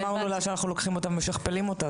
-- מאחר שכבר אמרנו לה שאנחנו לוקחים אותה ומשכפלים אותה.